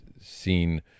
seen